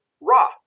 raw